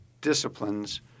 disciplines